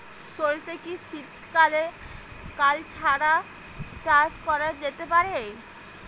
সর্ষে কি শীত কাল ছাড়া চাষ করা যেতে পারে?